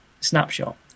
snapshot